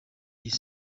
y’isi